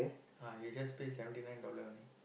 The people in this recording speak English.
ah you just pay seventy nine dollar only